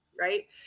Right